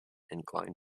incline